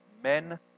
Men